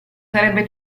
sarebbe